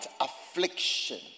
Affliction